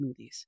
smoothies